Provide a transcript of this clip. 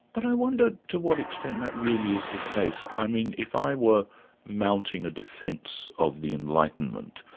but i wonder to what extent that really is the case? i mean, if i were mounting a defence of the enlightenment,